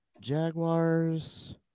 Jaguars